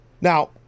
Now